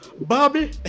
Bobby